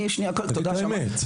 זאת האמת.